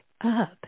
up